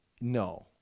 no